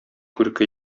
күрке